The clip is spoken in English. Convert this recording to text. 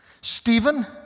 Stephen